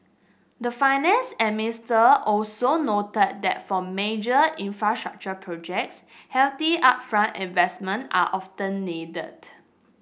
the finance an Mister also noted that for major infrastructure projects hefty upfront investment are often needed